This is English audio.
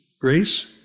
grace